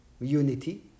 unity